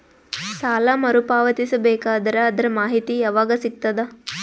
ಸಾಲ ಮರು ಪಾವತಿಸಬೇಕಾದರ ಅದರ್ ಮಾಹಿತಿ ಯವಾಗ ಸಿಗತದ?